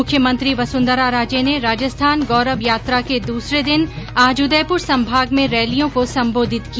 मुख्यमंत्री वसुन्धरा राजे ने राजस्थान गौरव यात्रा के दूसरे दिन आज उदयपुर संभाग में रैलियों को संबोधित किया